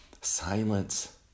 silence